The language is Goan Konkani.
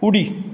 उडी